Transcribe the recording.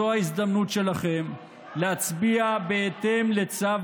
זו ההזדמנות שלכם להצביע בהתאם לצו